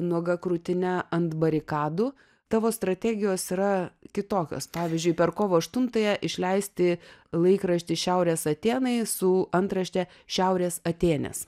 nuoga krūtine ant barikadų tavo strategijos yra kitokios pavyzdžiui per kovo aštuntąją išleisti laikraštį šiaurės atėnai su antrašte šiaurės atėnės